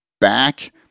back